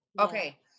Okay